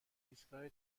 ایستگاه